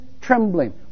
trembling